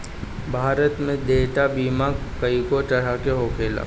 भारत में देयता बीमा कइगो तरह के होखेला